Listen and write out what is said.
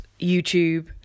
YouTube